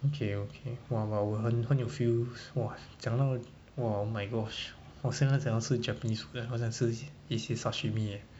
okay okay !wah! !wah! 我很很有 feels !wah! 讲到 !wow! oh my gosh 好现在想要吃 japanese food 好想吃一些 sashimi eh